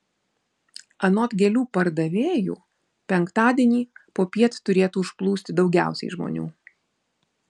anot gėlių pardavėjų penktadienį popiet turėtų užplūsti daugiausiai žmonių